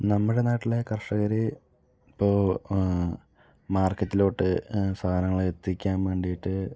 നമ്മുടെ നാട്ടിലെ കർഷകര് ഇപ്പോൾ മാർക്കറ്റിലോട്ട് സാധനങ്ങൾ എത്തിക്കാൻ വേണ്ടിയിട്ട്